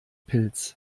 pilz